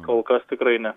kol kas tikrai ne